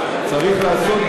תודה,